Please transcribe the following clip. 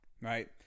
right